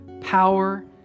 power